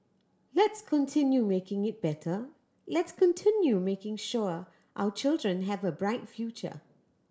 let's continue making it better let's continue making sure our children have a bright future